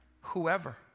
Whoever